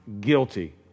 guilty